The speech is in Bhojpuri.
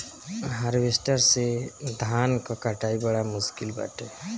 हार्वेस्टर से धान कअ कटाई बड़ा मुश्किल बाटे